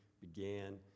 began